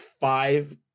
five